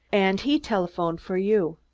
and he telephoned for you.